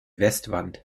westwand